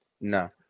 No